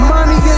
Money